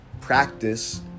practice